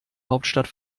hauptstadt